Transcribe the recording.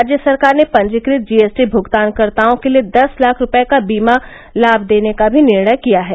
राज्य सरकार ने पंजीकृत जीएसटी भृगतानकर्ताओं के लिए दस लाख रुपये का बीमा लाभ देने का भी निर्णय किया है